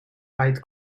fight